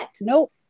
Nope